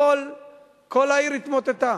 כל העיר התמוטטה.